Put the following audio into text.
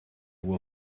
will